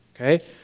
Okay